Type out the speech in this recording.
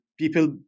People